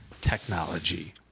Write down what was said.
technology